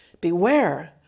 beware